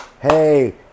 Hey